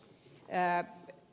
enää